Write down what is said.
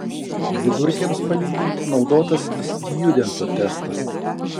vidurkiams palyginti naudotas stjudento testas